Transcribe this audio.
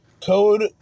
Code